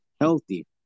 healthy